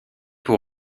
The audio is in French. pour